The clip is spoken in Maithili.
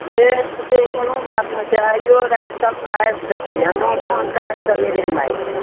जे अछि से कोनो बात नहि छै आइओ राति तकमे आबि सकैया नहि तहन काल्हि सवेरेमे आबि जायब